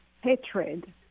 hatred